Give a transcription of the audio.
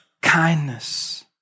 Kindness